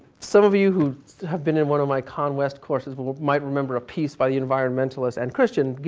some of you who have been in one of my conwest courses but might remember a piece by the environmentalist and christian,